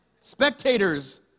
Spectators